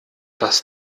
dass